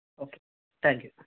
okay thank you